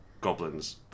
goblins